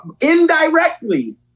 indirectly